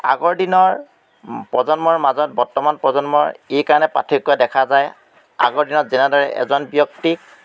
আগৰ দিনৰ প্ৰজন্মৰ মাজত বৰ্তমান প্ৰজন্মৰ এইকাৰণে পাৰ্থক্য দেখা যায় আগৰ দিনত যেনেদৰে এজন ব্যক্তিক